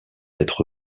être